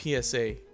PSA